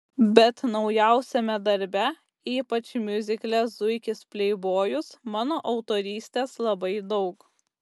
bet naujausiame darbe ypač miuzikle zuikis pleibojus mano autorystės labai daug